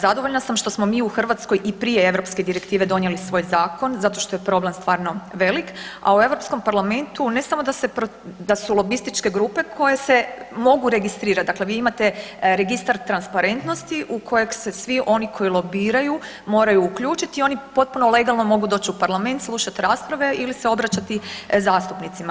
Zadovoljna sam što smo i u Hrvatskoj i prije europske direktive donijeli svoj zakon, zato što je problem stvarno velik a u Europskom parlamentu ne samo da su lobističke grupe koje se mogu registrirati, dakle vi imate registar transparentnosti u kojeg se svi oni koji lobiraju moraju uključiti i oni potpuno legalno doć u parlament, slušat rasprave ili se obraćati zastupnicima.